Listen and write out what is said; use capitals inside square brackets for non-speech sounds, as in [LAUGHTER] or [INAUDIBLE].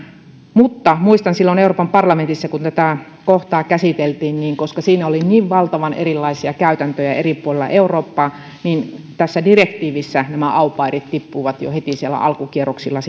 mutta muistan silloin euroopan parlamentissa kun tätä kohtaa käsiteltiin että koska siinä oli niin valtavan erilaisia käytäntöjä eri puolilla eurooppaa niin tässä direktiivissä nämä au pairit tippuivat jo heti siellä alkukierroksilla [UNINTELLIGIBLE]